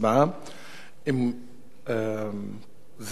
בעד זה